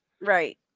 Right